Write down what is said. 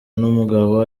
n’umugabo